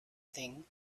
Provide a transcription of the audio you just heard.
thing